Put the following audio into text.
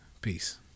Peace